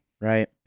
right